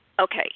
Okay